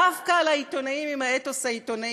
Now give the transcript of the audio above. דווקא על העיתונאים עם האתוס העיתונאי,